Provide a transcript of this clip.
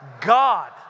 God